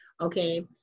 okay